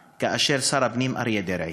כאשר שר הפנים הוא אריה דרעי.